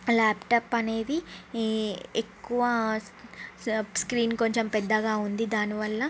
laptop అనేది ఈ ఎక్కువ స్క్రీన్ కొంచెం పెద్దగా ఉంది దానివల్ల